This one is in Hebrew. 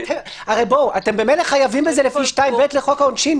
הרי ממילא אתם חייבים בזה לפי 2(ב) לחוק העונשין,